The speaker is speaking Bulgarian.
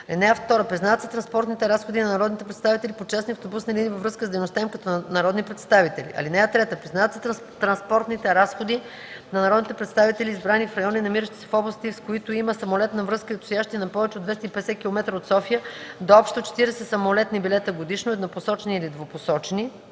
мрежа. (2) Признават се транспортните разходи на народните представители по частни автобусни линии във връзка с дейността им като народни представители. (3) Признават се транспортните разходи на народните представители, избрани в райони, намиращи се в области, с които има самолетна връзка и отстоящи на повече от 250 километра от София, до общо 40 самолетни билета годишно – еднопосочни или двупосочни